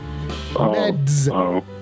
meds